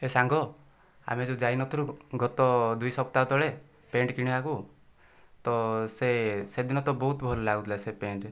ଏ ସାଙ୍ଗ ଆମେ ଯେଉଁ ଯାଇନଥିଲୁ ଗତ ଦୁଇ ସପ୍ତାହ ତଳେ ପ୍ୟାଣ୍ଟ କିଣିବାକୁ ତ ସେ ସେଦିନ ତ ବହୁତ ଭଲ ଲାଗୁଥିଲା ସେ ପ୍ୟାଣ୍ଟ